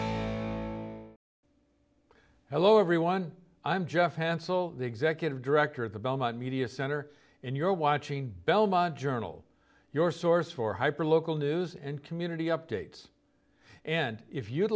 you hello everyone i'm jeff hansell the executive director of the belmont media center and you're watching belmont journal your source for hyper local news and community updates and if you'd